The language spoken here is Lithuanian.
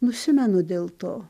nusimenu dėl to